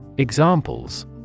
Examples